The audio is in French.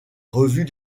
revues